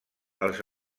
els